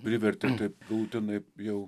privertė taip pult tenai jau